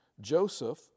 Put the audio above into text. Joseph